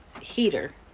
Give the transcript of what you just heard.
heater